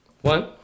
one